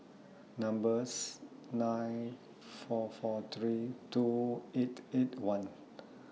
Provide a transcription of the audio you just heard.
number's nine four four three two eight eight one